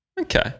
Okay